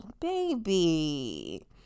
baby